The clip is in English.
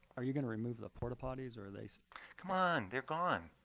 are you going to remove the porta potties or are they come on, they're gone.